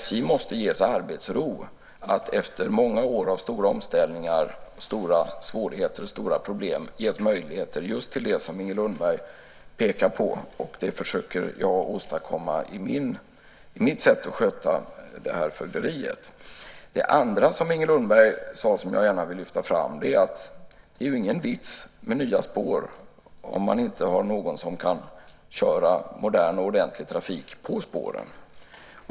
SJ måste ges arbetsro så att det efter många år av stora omställningar, stora svårigheter och stora problem kan ges möjligheter till just det som Inger Lundberg pekar på. Det försöker jag åstadkomma i mitt sätt att sköta det här fögderiet. Det andra Inger Lundberg sade som jag gärna vill lyfta fram är att det är ingen vits med nya spår om det inte finns någon som kan köra modern och ordentlig trafik på spåren.